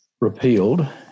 repealed